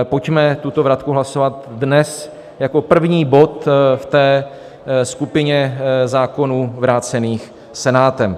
Pojďme tuto vratku hlasovat dnes jako první bod ve skupině zákonů vrácených Senátem.